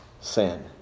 sin